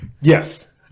Yes